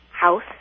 house